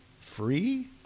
Free